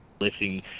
lifting